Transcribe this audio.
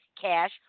cash